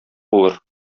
булыр